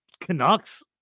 Canucks